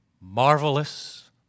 marvelous